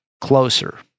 closer